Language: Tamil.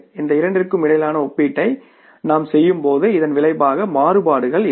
இந்த இரண்டிற்கும் இடையிலான ஒப்பீட்டை நாம் செய்யும்போது இதன் விளைவாக மாறுபாடுகள் இருக்கும்